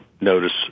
notice